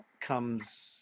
comes